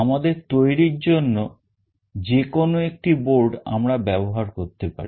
আমাদের তৈরির জন্য যেকোনো একটি বোর্ড আমরা ব্যবহার করতে পারি